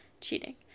cheating